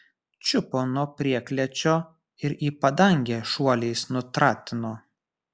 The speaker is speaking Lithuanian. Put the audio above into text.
čiupo nuo prieklėčio ir į padangę šuoliais nutratino